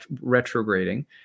retrograding